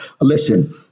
listen